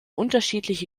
unterschiedliche